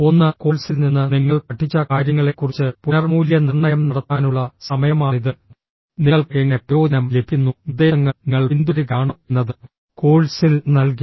ഒന്ന് കോഴ്സിൽ നിന്ന് നിങ്ങൾ പഠിച്ച കാര്യങ്ങളെക്കുറിച്ച് പുനർമൂല്യനിർണ്ണയം നടത്താനുള്ള സമയമാണിത് നിങ്ങൾക്ക് എങ്ങനെ പ്രയോജനം ലഭിക്കുന്നു നിർദ്ദേശങ്ങൾ നിങ്ങൾ പിന്തുടരുകയാണോ എന്നത് കോഴ്സിൽ നൽകി